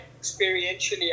experientially